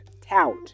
tout